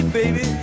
baby